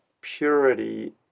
purity